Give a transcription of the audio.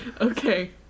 Okay